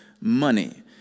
money